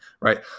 right